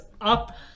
up